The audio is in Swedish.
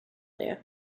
det